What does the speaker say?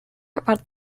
about